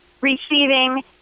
receiving